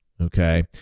Okay